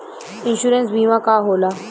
Insurance बीमा का होला?